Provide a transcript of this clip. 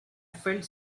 felt